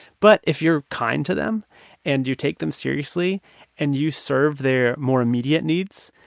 but if you're kind to them and you take them seriously and you serve their more immediate needs,